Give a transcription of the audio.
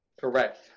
correct